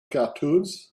cartoons